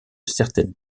certaines